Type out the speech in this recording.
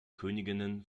königinnen